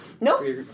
nope